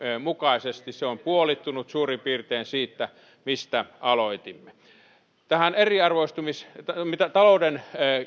mukaisesti se on suurin piirtein puolittunut siitä mistä aloitimme mitä talouden